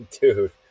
dude